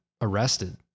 arrested